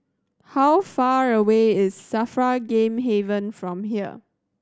how far away is SAFRA Game Haven from here